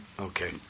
Okay